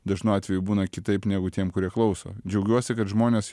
dažnu atveju būna kitaip negu tiem kurie klauso džiaugiuosi kad žmonės